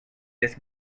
this